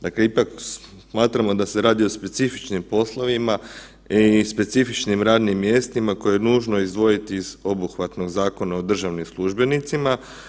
Dakle, ipak smatramo da se radi o specifičnim poslovima i specifičnim radnim mjestima koje je nužno izdvojiti iz obuhvatnog Zakona o državnim službenicima.